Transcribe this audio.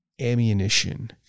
ammunition